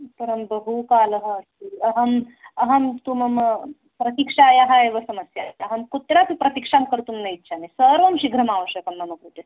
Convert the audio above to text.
परं बहुकाालः अस्ति अहम् अहं तु मम प्रतीक्षायाः एव समस्या अस्ति अहं कुत्रापि प्रतीक्षां कर्तुं न इच्छामि सर्वं शीघ्रम् आवश्यकं मम कृते